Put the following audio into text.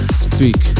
speak